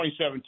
2017